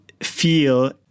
feel